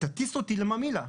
ותטיס אותי לממילא.